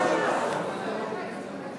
ההצעה